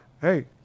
Hey